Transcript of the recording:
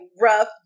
rough